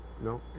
No